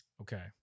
Okay